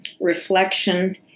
reflection